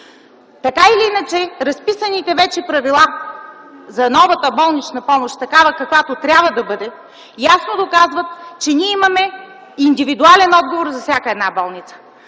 Така или иначе разписаните вече правила за новата болнична помощ такава, каквато трябва да бъде, ясно доказват, че ние имаме индивидуален отговор за всяка една болница.